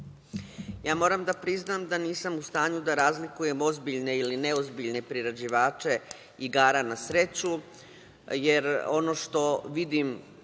Ja moram da priznam da nisam u stanju da razlikujem ozbiljne ili neozbiljne priređivače igara na sreću, jer ono što vidim